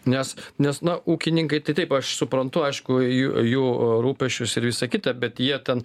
nes nes na ūkininkai tai taip aš suprantu aišku jų jų rūpesčius ir visa kita bet jie ten